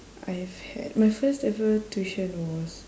I've had my first ever tuition was